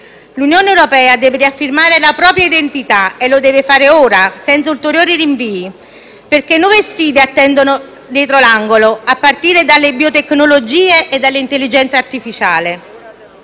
L'Unione europea deve riaffermare la propria identità e lo deve fare ora, senza ulteriori rinvii, perché nuove sfide attendono dietro l'angolo, a partire dalle biotecnologie e dall'intelligenza artificiale.